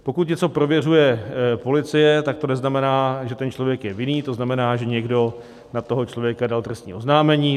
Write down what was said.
Pokud něco prověřuje policie, tak to neznamená, že ten člověk je vinen to znamená, že někdo na toho člověka dal trestní oznámení.